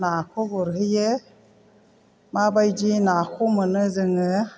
नाखौ गुरहैयो माबादि नाखौ मोनो जोङो